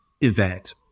event